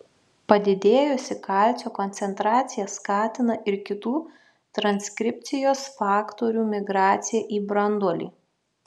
padidėjusi kalcio koncentracija skatina ir kitų transkripcijos faktorių migraciją į branduolį